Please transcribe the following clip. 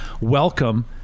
welcome